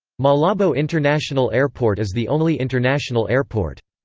malabo international airport is the only international airport.